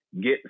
get